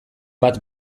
bat